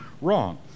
wrong